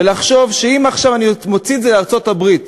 ולחשוב שאם עכשיו אני מוציא את זה לארצות-הברית